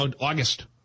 August